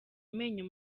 amenyo